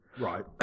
Right